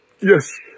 Yes